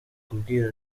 kubwira